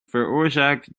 veroorzaakt